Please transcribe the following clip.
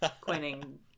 coining